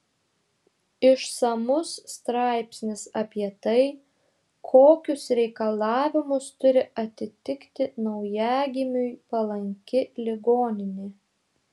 išsamus straipsnis apie tai kokius reikalavimus turi atitikti naujagimiui palanki ligoninė